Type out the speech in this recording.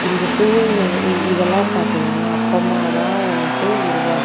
இந்த சூல்நிலை இ இதெல்லாம் பார்த்தீங்கன்னா அப்பாம்மா தான் வந்துட்டு உருவாக்கு